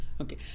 Okay